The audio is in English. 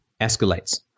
escalates